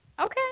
Okay